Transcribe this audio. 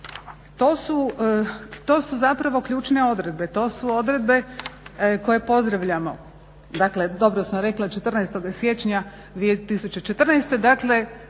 To su zapravo ključne odredbe. To su odredbe koje pozdravljamo. Dakle, dobro sam rekla, 14.siječnja 2014.